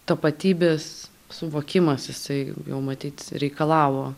tapatybės suvokimas jisai jau matyt reikalavo